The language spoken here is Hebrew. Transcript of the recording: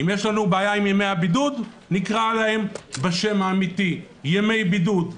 אם יש לנו בעיה עם ימי הבידוד נקרא להם בשם האמיתי ימי בידוד.